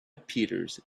peters